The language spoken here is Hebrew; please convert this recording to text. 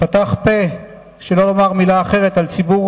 פתח פה, שלא לומר מלה אחרת, על ציבור